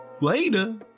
Later